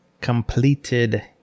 completed